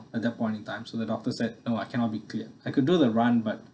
at that point in time so the doctor said no I cannot be cleared I could do the run but